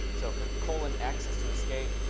so colon x is to escape.